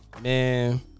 man